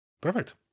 Perfect